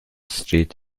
street